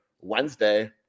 Wednesday –